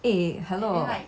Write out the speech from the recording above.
eh hello I take it or